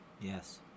Yes